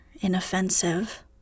inoffensive